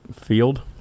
Field